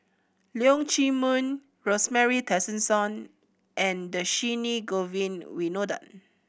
Leong Chee Mun Rosemary Tessensohn and Dhershini Govin Winodan